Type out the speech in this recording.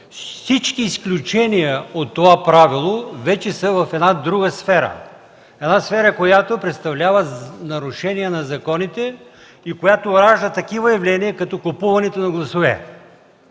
Всички изключения от това правило вече са в една друга сфера – една сфера, която представлява нарушение на законите и която ражда такива явления като купуването на гласове.